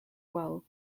well